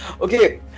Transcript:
Okay